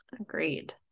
Agreed